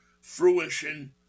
fruition